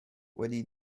wedi